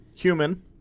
human